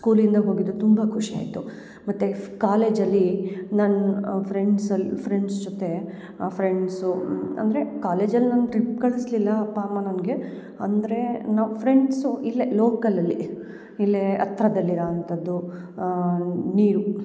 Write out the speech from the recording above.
ಸ್ಕೂಲಿಂದ ಹೋಗಿದ್ದು ತುಂಬ ಖುಷಿ ಆಯಿತು ಮತ್ತು ಫ್ ಕಾಲೇಜಲ್ಲಿ ನನ್ನ ಫ್ರೆಂಡ್ಸ್ ಅಲ್ಲಿ ಫ್ರೆಂಡ್ಸ್ ಜೊತೆ ಫ್ರೆಂಡ್ಸು ಅಂದರೆ ಕಾಲೇಜಲ್ಲಿ ನಂಗೆ ಟ್ರಿಪ್ ಕಳಿಸ್ಲಿಲ್ಲ ಅಪ್ಪ ಅಮ್ಮ ನನಗೆ ಅಂದರೆ ನಾವು ಫ್ರೆಂಡ್ಸು ಇಲ್ಲೇ ಲೋಕಲ್ ಅಲ್ಲಿ ಇಲ್ಲೇ ಹತ್ರದಲ್ಲಿ ಇರೋವಂಥದ್ದು ನೀರು